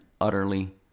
utterly